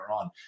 on